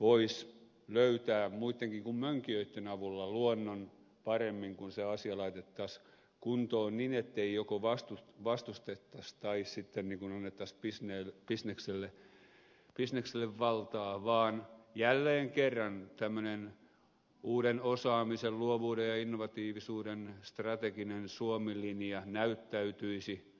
voisi löytää muittenkin kuin mönkijöitten avulla luonnon paremmin kun se asia laitettaisiin kuntoon niin ettei joko vastustettaisi tai sitten annettaisi bisnekselle valtaa vaan jälleen kerran tämmöinen uuden osaamisen luovuuden ja innovatiivisuuden strateginen suomen linja näyttäytyisi